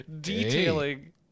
detailing